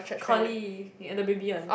collie yeah the baby one